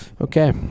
Okay